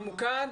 ממוקד,